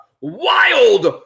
wild